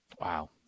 Wow